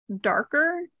darker